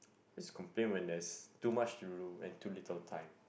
is complain when there's too much to do and too little time